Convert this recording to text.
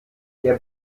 der